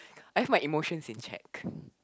I have my emotions in check